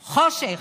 חושך.